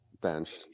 bench